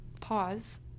pause